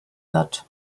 wird